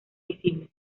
visibles